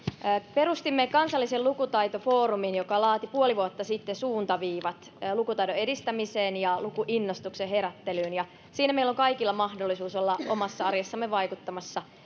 perustimme kansallisen lukutaitofoorumin joka laati puoli vuotta sitten suuntaviivat lukutaidon edistämiselle ja lukuinnostuksen herättelylle ja siinä meillä on kaikilla mahdollisuus olla omassa arjessamme vaikuttamassa